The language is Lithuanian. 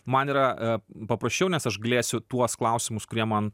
man yra paprasčiau nes aš galėsiu tuos klausimus kurie man